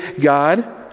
God